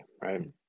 Right